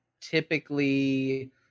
typically